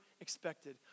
expected